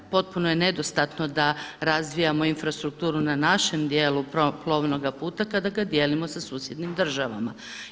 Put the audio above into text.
Potpuno je nedostatno da razvijamo infrastrukturu na našem dijelu plovnoga puta kada ga dijelimo sa susjednim državama.